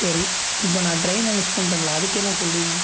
சரி இப்போ நான் ட்ரெயினை மிஸ் பண்ணிட்டேன்ல்ல அதுக்கு என்ன சொல்கிறீங்க